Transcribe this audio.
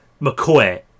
McCoy